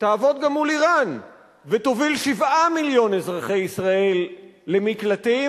תעבוד גם מול אירן ותוביל 7 מיליון אזרחי ישראל למקלטים.